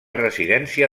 residència